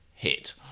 Hit